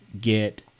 get